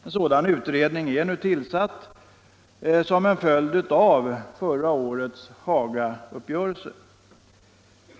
En sådan utredning är nu tillsatt som en följd av förra årets Hagauppgörelse.